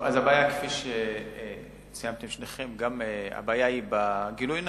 הבעיה כפי שציינתם שניכם היא בעיה בגילוי נאות.